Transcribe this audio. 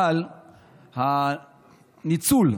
אבל הניצול,